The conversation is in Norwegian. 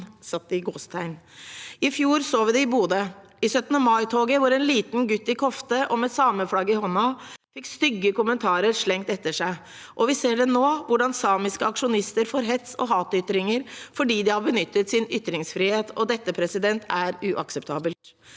«virkeligheten». I fjor så vi det i Bodø, i 17. maitoget, da en liten gutt, i kofte og med sameflagget i hånden, fikk stygge kommentarer slengt etter seg, og vi ser det nå – hvordan samiske aksjonister får hets og hatytringer fordi de har benyttet sin ytringsfrihet. Dette er uakseptabelt.